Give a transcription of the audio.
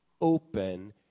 open